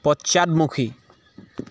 পশ্চাদমুখী